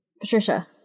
Patricia